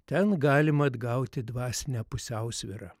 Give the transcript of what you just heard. ten galima atgauti dvasinę pusiausvyrą